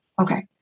Okay